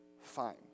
fine